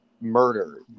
murder